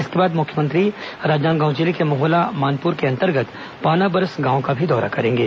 इसके बाद मुख्यमंत्री राजनांदगांव जिले के मोहला मान्पर के अंतर्गत पानाबरस गांव का भी दौरा करेंगे